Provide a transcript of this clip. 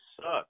suck